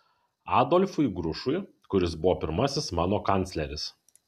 adolfui grušui kuris buvo pirmasis mano kancleris